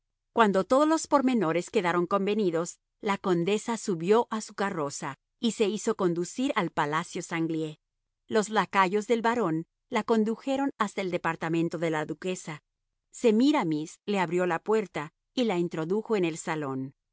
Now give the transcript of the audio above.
cuando todos los pormenores quedaron convenidos la condesa subió a su carroza y se hizo conducir al palacio sanglié los lacayos del barón la condujeron hasta el departamento de la duquesa semíramis le abrió la puerta y la introdujo en el salón